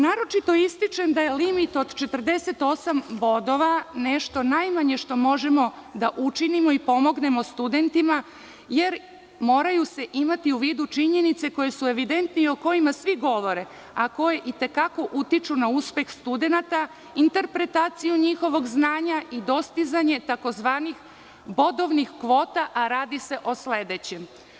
Naročito ističem da je limit od 48 bodova nešto najmanje što možemo da učinimo i pomognemo studentima jer moraju se imati u vidu činjenice koje su evidentne i kojima svi govore, a koje i te kako utiču na uspeh studenata, interpretaciju njihovog znanja i dostizanje tzv. bodovnih kvota, a radi se o sledećem.